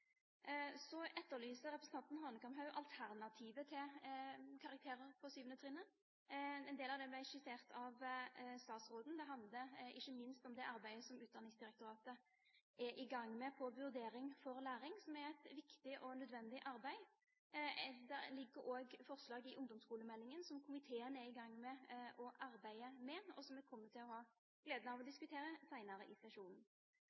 Representanten Hanekamhaug etterlyser alternativet til karakterer på 7. trinnet. En del av det ble skissert av statsråden. Det handler ikke minst om det arbeidet som Utdanningsdirektoratet er i gang med når det gjelder Vurdering for læring, som er et viktig og nødvendig arbeid. Det ligger også forslag i ungdomsskolemeldingen som komiteen er i gang med å arbeide med, og som vi kommer til å ha gleden av å diskutere senere i sesjonen.